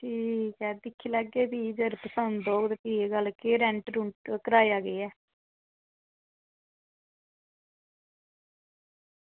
ठीक ऐ दिक्खी लैगे फ्ही जेकर पसंद औग ते फ्ही गल्ल केह् रेंट रुंट कराया केह् ऐ